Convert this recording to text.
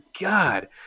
God